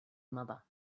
mother